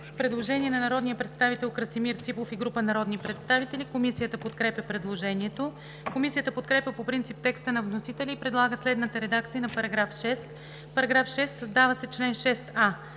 Предложение на народния представител Красимир Ципов и група народни представители. Комисията подкрепя предложението. Комисията подкрепя по принцип текста на вносителя и предлага следната редакция на § 6: „§ 6. Създава се чл. 6а: